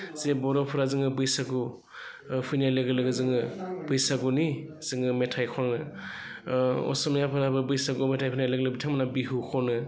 जे बर'फ्रा जोङो बैसागु फैनाय लोगो लोगो जोङो बैसागुनि जोङो मेथाइ खनो असमियाफोराबो बैसागु मेथाइ फैनाय लोगो लोगो बिथांमोना बिहु खनो